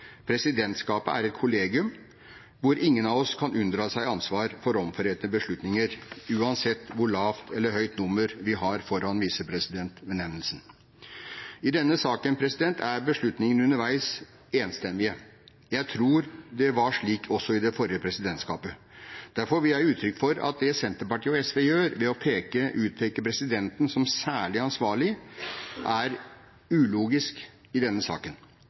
Presidentskapet er et kollegium, hvor ingen av oss kan unndra seg ansvar for omforente beslutninger, uansett hvor lavt eller høyt nummer vi har foran visepresidentbenevnelsen. I denne saken er beslutningene underveis enstemmige. Jeg tror det var slik også i det forrige presidentskapet. Derfor vil jeg gi uttrykk for at det Senterpartiet og SV gjør ved å utpeke presidenten som særlig ansvarlig, er ulogisk i denne saken,